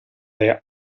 their